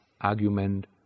argument